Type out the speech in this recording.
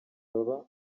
baba